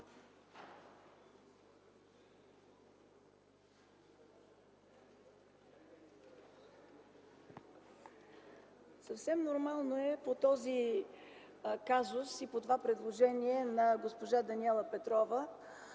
Съвсем нормално е по този казус, по това предложение на госпожа Даниела Петрова,